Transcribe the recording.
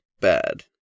bad